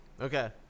Okay